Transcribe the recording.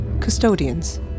Custodians